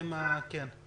לגבי